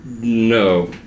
no